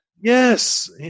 yes